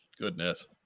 Goodness